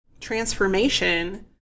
transformation